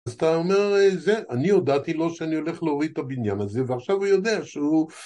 אז אתה אומר, אני הודעתי לו שאני הולך להוריד את הבניין הזה ועכשיו הוא יודע שהוא